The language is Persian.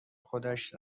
خودش